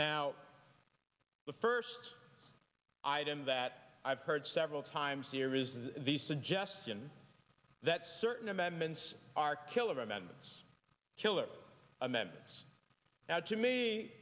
now the first item that i've heard several times here is the suggestion that certain amendments are killer amendments killer amendments that to me